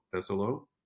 SLO